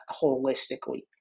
holistically